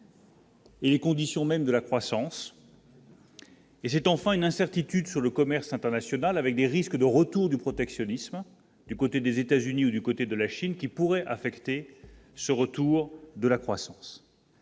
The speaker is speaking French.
Et les conditions mêmes de la croissance. Et c'est enfin une incertitude sur le commerce international, avec des risques de retour du protectionnisme du côté des États-Unis ou du côté de la Chine qui pourrait affecter ce retour de la croissance.